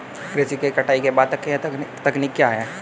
कृषि में कटाई के बाद की तकनीक क्या है?